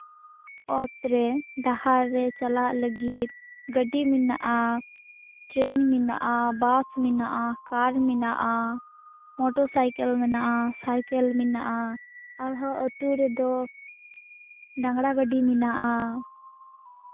ᱚᱛ ᱨᱮ ᱰᱟᱦᱟᱨ ᱨᱮ ᱪᱟᱞᱟᱜ ᱞᱟᱹᱜᱤᱫ ᱜᱟᱹᱰᱤ ᱢᱮᱱᱟᱜᱼᱟ ᱴᱨᱚᱱ ᱢᱮᱱᱟᱜᱼᱟ ᱵᱟᱥ ᱢᱮᱱᱟᱜᱼᱟ ᱠᱟᱨ ᱢᱮᱱᱟᱜᱼᱟ ᱢᱚᱴᱚᱨ ᱥᱟᱭᱠᱮᱞ ᱢᱮᱱᱟᱜᱼᱟ ᱟᱨᱦᱚᱸ ᱟ ᱛᱩ ᱨᱮᱫᱚ ᱰᱟᱝᱨᱟ ᱜᱟ ᱰᱤ ᱢᱮᱱᱟᱜᱼᱟ